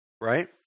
right